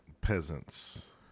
peasants